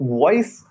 voice